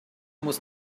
muss